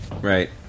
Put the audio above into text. Right